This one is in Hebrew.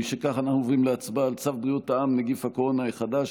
אנחנו עוברים להצבעה על צו בריאות העם (נגיף הקורונה החדש)